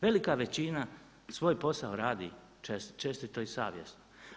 Velika većina svoj posao radi čestito i savjesno.